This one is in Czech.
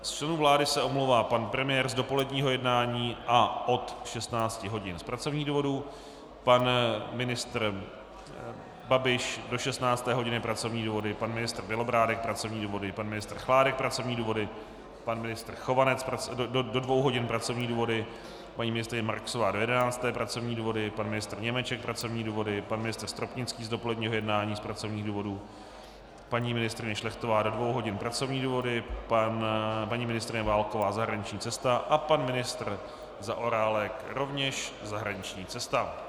Z členů vlády se omlouvá pan premiér z dopoledního jednání a od 16 hodin z pracovních důvodů, pan ministr Babiš do 16. hodiny pracovní důvody, pan ministr Bělobrádek pracovní důvody, pan ministr Chládek pracovní důvody, pan ministr Chovanec do dvou hodin pracovní důvody, paní ministryně Marksová do jedenácté pracovní důvody, pan ministr Němeček pracovní důvody, pan ministr Stropnický z dopoledního jednání z pracovních důvodů, paní ministryně Šlechtová do dvou hodin pracovní důvody, paní ministryně Válková zahraniční cesta a pan ministr Zaorálek rovněž zahraniční cesta.